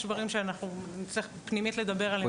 יש דברים שאנחנו נצטרך פנימית לדבר עליהם